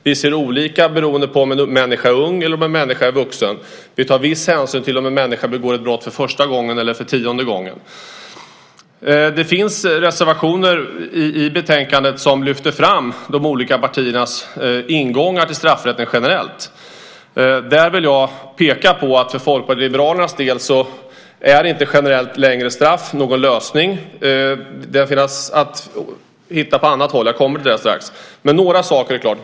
Vi ser olika beroende på om en människa är ung eller vuxen. Vi tar viss hänsyn till om en människa begår brott för första gången eller för tionde gången. Det finns reservationer i betänkandet där de olika partiernas ingångar till straffrätten generellt lyfts fram. Där vill jag peka på att Folkpartiet liberalerna inte anser att generellt längre straff är någon lösning. Jag återkommer till detta. Men jag ska nämna några saker.